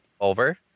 over